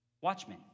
watchmen